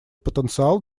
потенциал